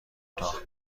کوتاه